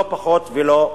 לא פחות ולא יותר.